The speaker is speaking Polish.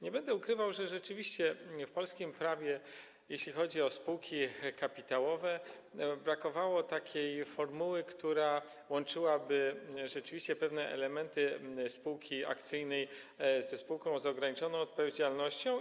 Nie będę ukrywał, że rzeczywiście w polskim prawie, jeśli chodzi o spółki kapitałowe, brakowało takiej formuły, która łączyłaby pewne elementy spółki akcyjnej i spółki z ograniczoną odpowiedzialnością.